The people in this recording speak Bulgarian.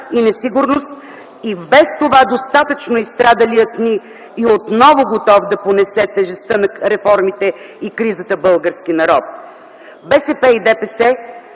и несигурност и в без това достатъчно изстрадалия ни и отново готов да понесе тежестта на реформите и кризата български народ! БСП и ДПС